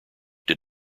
did